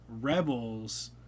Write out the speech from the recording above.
Rebels